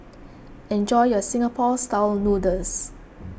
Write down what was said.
enjoy your Singapore Style Noodles